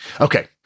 Okay